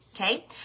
Okay